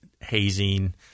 hazing